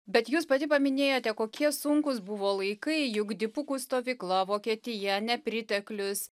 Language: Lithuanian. bet jūs pati paminėjote kokie sunkūs buvo laikai juk dipukų stovykla vokietija nepriteklius